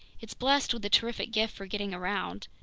it's blessed with a terrific gift for getting around.